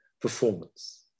performance